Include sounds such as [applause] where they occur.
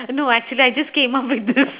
no actually I just came up with this [laughs]